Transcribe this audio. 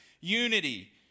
unity